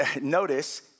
Notice